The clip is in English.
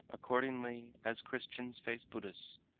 accordingly, as christians face buddhists,